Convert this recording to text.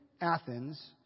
Athens